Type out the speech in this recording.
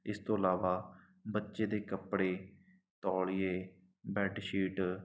ਇਸ ਤੋਂ ਇਲਾਵਾ ਬੱਚੇ ਦੇ ਕੱਪੜੇ ਤੌਲੀਏ ਬੈਡਸ਼ੀਟ